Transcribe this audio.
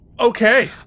Okay